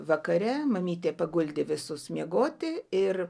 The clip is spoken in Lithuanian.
vakare mamytė paguldė visus miegoti ir